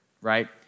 right